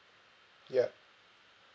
ya